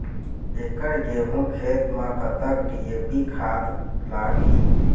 एकड़ गेहूं खेत म कतक डी.ए.पी खाद लाग ही?